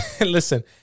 listen